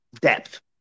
depth